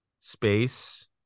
space